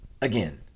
again